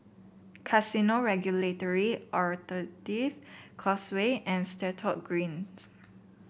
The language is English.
Casino Regulatory Authority Causeway and Stratton Greens